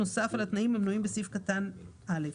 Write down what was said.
נוסף על התנאים המנויים בסעיף קטן (א).